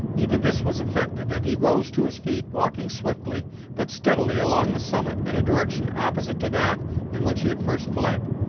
even this was effected, and he rose to his feet, walking swiftly but steadily along the summit, in a direction opposite to that in which he had first fled.